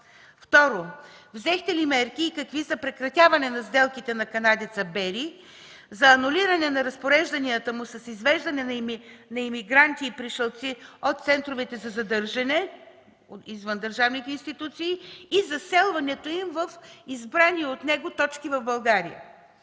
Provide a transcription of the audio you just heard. Второ, взехте ли мерки и какви за прекратяване на сделките на канадеца Бери за анулиране на разпорежданията му с извеждане на имигранти и пришълци от центровете за задържане извън държавните институции и заселването им в избрани от него точки в България?